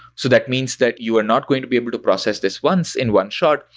so that means that you are not going to be able to process this once in one shot.